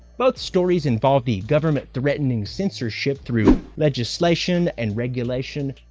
both stories involve the government threatening censorship through legislation and regulation,